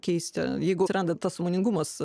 keisti jeigu atsiranda tas sąmoningumas